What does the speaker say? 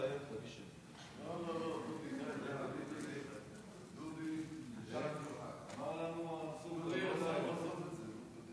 לא, לא, דודי, אמר לנו, סעיף 1, כהצעת הוועדה,